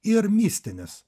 ir mistinis